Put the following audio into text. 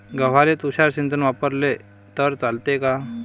गव्हाले तुषार सिंचन वापरले तर चालते का?